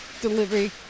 delivery